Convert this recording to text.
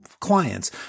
clients